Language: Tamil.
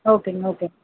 ஓகேங்க ஓகேங்க